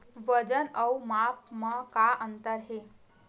वजन अउ माप म का अंतर हे?